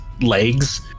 legs